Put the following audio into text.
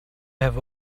have